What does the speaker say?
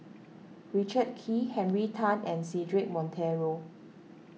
Richard Kee Henry Tan and Cedric Monteiro